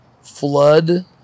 flood